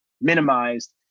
minimized